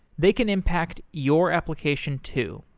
they can impact your application too.